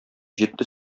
җитте